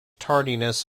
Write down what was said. tardiness